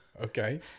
Okay